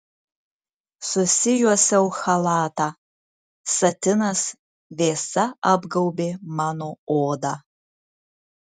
susijuosiau chalatą satinas vėsa apgaubė mano odą